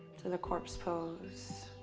to the corpse pose,